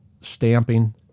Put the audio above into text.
stamping